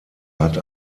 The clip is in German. hat